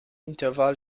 interval